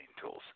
tools